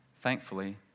Thankfully